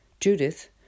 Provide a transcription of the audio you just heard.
Judith